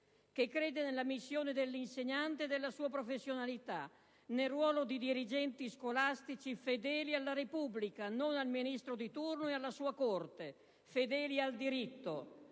che crede nella missione dell'insegnante e della sua professionalità, nel ruolo di dirigenti scolastici fedeli alla Repubblica, non al Ministro di turno e alla sua corte, fedeli al diritto.